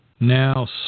now